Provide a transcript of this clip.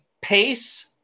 pace